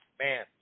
man